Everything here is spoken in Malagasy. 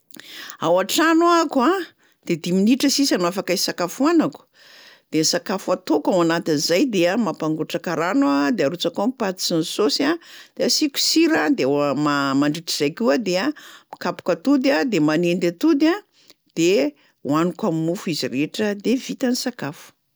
Ao an-trano aho ko a de dimy minitra sisa no afaka hisakafoanako de sakafo ataoko ao anatin'zay dia mampangotraka rano aho a de arotsako ao ny paty sy ny saosy a de asiako sira de ma-mandritr'zay koa dia mikapoka atody a de manendy atody a, de hohanino am'mofo izy rehetra de vita ny sakafo.